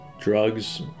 drugs